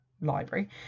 library